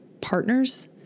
partners